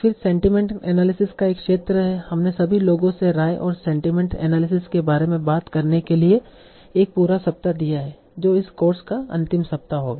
फिर sentiment analysis का एक क्षेत्र है हमने सभी लोगों से राय और सेंटिमेंट एनालिसिस के बारे में बात करने के लिए एक पूरा सप्ताह दिया है जो इस कोर्स का अंतिम सप्ताह होगा